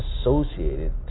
associated